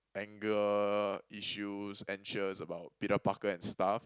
anger issues anxious about Peter Parker and stuff